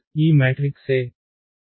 పరంగా రెప్రసెన్టేషన్ వహించవచ్చు